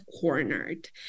cornered